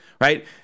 right